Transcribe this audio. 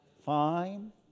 Fine